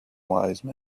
wise